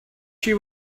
she